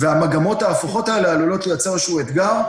המגמות ההפוכות האלה הולכות לייצר איזשהו אתגר.